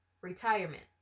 retirement